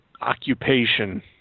occupation